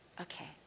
Okay